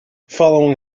following